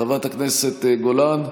חבר הכנסת אזולאי,